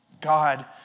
God